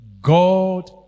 God